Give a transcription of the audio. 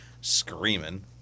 screaming